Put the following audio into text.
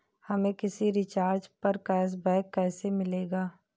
हमें किसी रिचार्ज पर कैशबैक कैसे मिलेगा?